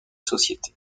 société